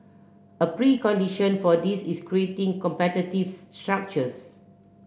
a precondition for this is creating competitive structures